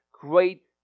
great